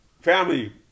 family